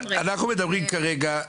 אנחנו מדברים כרגע.